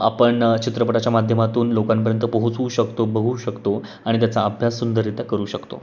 आपण चित्रपटाच्या माध्यमातून लोकांपर्यंत पोहोचवू शकतो बघू शकतो आणि त्याचा अभ्यास सुंदररित्या करू शकतो